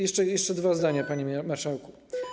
Jeszcze dwa zdania, panie marszałku.